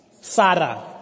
Sarah